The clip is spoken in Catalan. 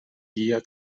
guia